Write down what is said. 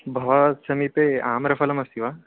भवतः समीपे आम्रफलमस्ति वा